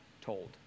told